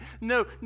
no